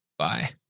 Bye